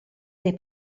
dei